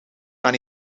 kan